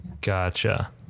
gotcha